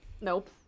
Nope